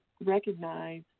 recognize